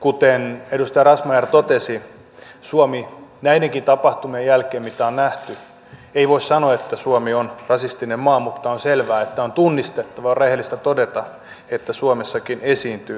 kuten edustaja razmyar totesi näidenkään tapahtumien jälkeen mitä on nähty ei voi sanoa että suomi on rasistinen maa mutta on selvää että on tunnistettava ja on rehellistä todeta että suomessakin esiintyy rasismia